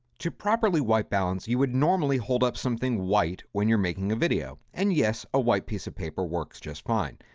to properly white balance, you would normally hold up something white when you're making a video and yes, a white piece of paper works just fine.